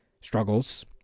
struggles